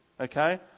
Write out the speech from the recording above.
okay